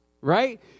right